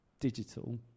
digital